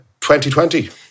2020